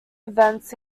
events